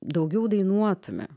daugiau dainuotume